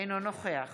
אינו נוכח